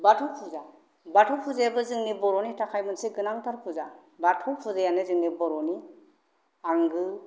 बाथौ फुजा बाथौ फुजायाबो जोंनि बर'नि थाखाय मोनसे गोनांथार फुजा बाथौ फुजायानो जोंनि बर'नि आंगो